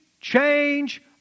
change